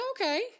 Okay